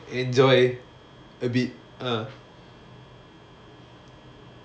enjoy a bit ah